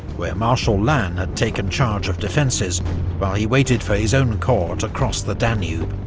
where marshal lannes had taken charge of defences, while he waited for his own corps to cross the danube.